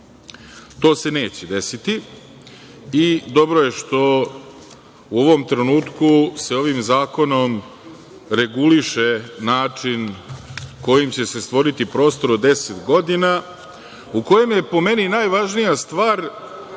To se neće desiti. Dobro je što se u ovom trenutku ovim zakonom reguliše način kojim će se stvoriti prostor od deset godina, u kojem je, po meni, najvažnija stvar